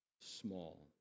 small